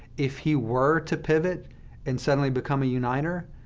if he were to pivot and suddenly become a uniter,